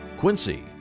Quincy